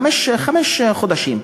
חמישה חודשים,